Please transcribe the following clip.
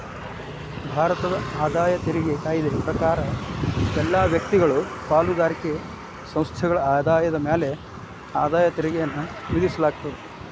ಭಾರತದ ಆದಾಯ ತೆರಿಗೆ ಕಾಯ್ದೆ ಪ್ರಕಾರ ಎಲ್ಲಾ ವ್ಯಕ್ತಿಗಳು ಪಾಲುದಾರಿಕೆ ಸಂಸ್ಥೆಗಳ ಆದಾಯದ ಮ್ಯಾಲೆ ಆದಾಯ ತೆರಿಗೆಯನ್ನ ವಿಧಿಸಲಾಗ್ತದ